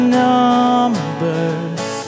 numbers